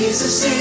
Jesus